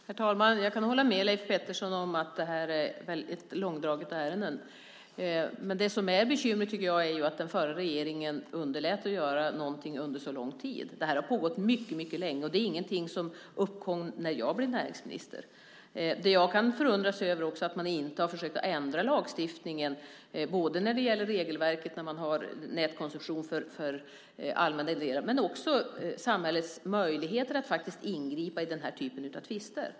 Herr talman! Jag kan hålla med Leif Pettersson om att det här är ett väldigt långdraget ärende. Men det som är bekymmersamt, tycker jag, är ju att den förra regeringen underlät att göra någonting under så lång tid. Det här har pågått mycket länge. Det är ingenting som uppkom när jag blev näringsminister. Jag kan också förundras över att man inte har försökt ändra lagstiftningen, både när det gäller regelverket för nätkoncession i allmänhet men också samhällets möjligheter att faktiskt ingripa i den här typen av tvister.